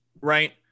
right